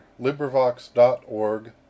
LibriVox.org